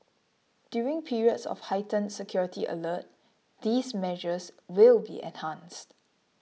during periods of heightened security alert these measures will be enhanced